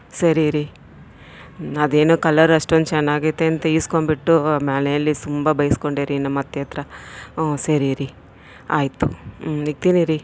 ಸರಿ ರೀ ಅದೇನೋ ಕಲರ್ ಅಷ್ಟೊಂದು ಚೆನ್ನಾಗೈತೆ ಅಂತ ಇಸ್ಕೊಬಿಟ್ಟು ಮನೆಯಲ್ಲಿ ತುಂಬ ಬೈಸ್ಕೊಂಡೆ ರೀ ನಮ್ಮತ್ತೆ ಹತ್ರ ಹ್ಞೂ ಸರಿ ರೀ ಆಯ್ತು ಹ್ಞೂ ಇಕ್ತಿನಿ ರೀ